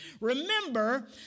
Remember